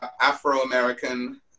Afro-American